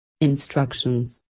Instructions